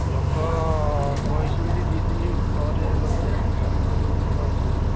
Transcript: ଲୋକ କହିଛନ୍ତି ଦୁଇ ଦିନ ପରେ ଲୋକ ଆସିକି କାମ କରିବେ ବୋଲି କହିଛନ୍ତି